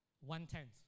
One-tenth